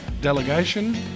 delegation